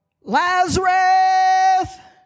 Lazarus